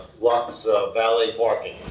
rock's valet parking,